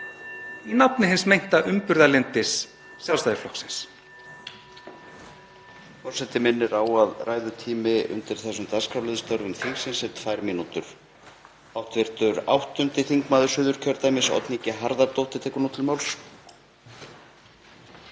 í nafni hins meinta umburðarlyndis Sjálfstæðisflokksins.